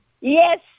Yes